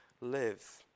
live